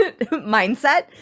mindset